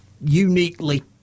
uniquely